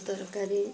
ତରକାରୀ